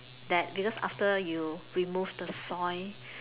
that because after you remove the soy